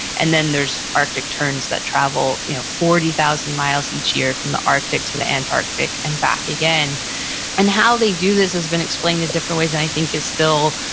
and then there's arctic terns that travel you know forty thousand miles each year from the arctic to the antarctic and back again and how they do this has been explained in different ways, and i think is still,